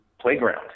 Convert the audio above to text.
playground